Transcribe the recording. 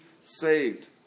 saved